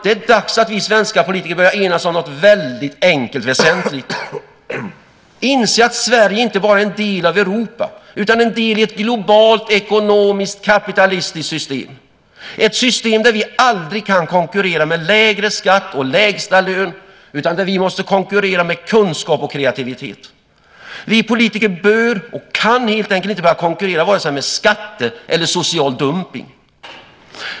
Det är dags att vi svenska politiker börjar enas om något väldigt enkelt och väsentligt. Inse att Sverige inte bara är en del av Europa utan en del i ett globalt ekonomiskt och kapitalistiskt system, ett system där vi aldrig kan konkurrera med lägre skatt och lägsta lön, utan där vi måste konkurrera med kunskap och kreativitet. Vi politiker bör och kan helt enkelt inte börja konkurrera vare sig med skatter eller social dumpning.